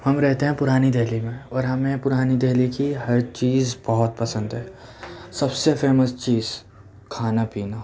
ہم رہتے ہیں پرانی دہلی میں اور ہمیں پرانی دہلی کی ہر چیز بہت پسند ہے سب سے فیمس چیز کھانا پینا